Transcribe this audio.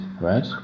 right